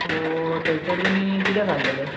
so थंयसर तुमी कितें खाल्लेले